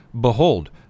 Behold